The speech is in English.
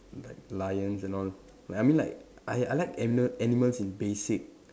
like lions and all I mean like I I like ani~ animals in basic